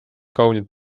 kaunid